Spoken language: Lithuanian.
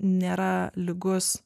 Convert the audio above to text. nėra lygus